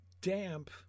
damp